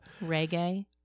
Reggae